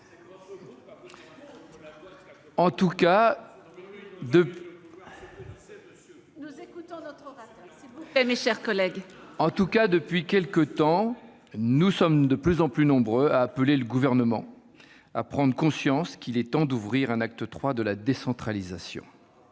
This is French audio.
en soit, depuis quelque temps, nous sommes de plus en plus nombreux à appeler le Gouvernement à prendre conscience qu'il est temps d'ouvrir un acte III de la décentralisation.